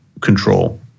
control